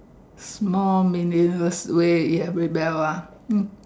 mum really every bell